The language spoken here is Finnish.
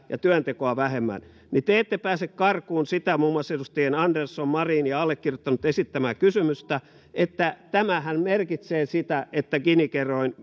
ja työntekoa vähemmän niin te ette pääse karkuun sitä muun muassa edustajien andersson ja marin ja allekirjoittaneen esittämää kysymystä että tämähän merkitsee sitä että gini kerroin